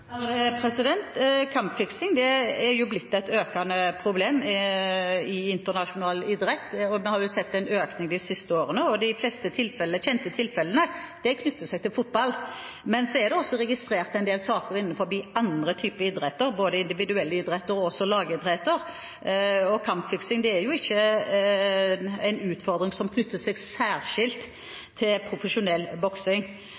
er blitt et økende problem i internasjonal idrett – vi har sett en økning de siste årene – og de fleste kjente tilfellene knytter seg til fotball. Men så er det også registrert en del saker innenfor andre typer idretter, både individuelle idretter og lagidretter, og kampfiksing er ikke en utfordring som knytter seg særskilt til profesjonell boksing.